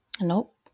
Nope